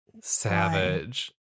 savage